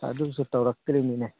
ꯑꯗꯨꯁꯨ ꯇꯧꯔꯛꯇ꯭ꯔꯤꯃꯤꯅꯦ